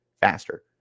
faster